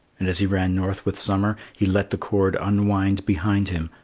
and as he ran north with summer, he let the cord unwind behind him,